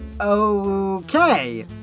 Okay